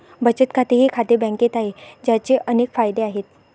बचत खाते हे खाते बँकेत आहे, ज्याचे अनेक फायदे आहेत